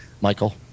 Michael